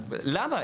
אז למה?